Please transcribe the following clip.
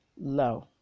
low